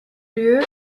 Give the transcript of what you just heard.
lieu